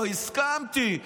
לא הסכמתי.